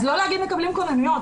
אז לא להגיד מקבלים כוננויות.